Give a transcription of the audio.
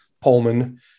Pullman